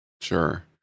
Sure